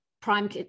prime